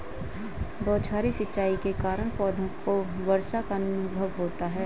बौछारी सिंचाई के कारण पौधों को वर्षा का अनुभव होता है